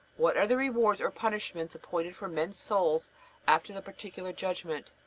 what are the rewards or punishments appointed for men's souls after the particular judgment?